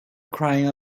crying